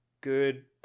good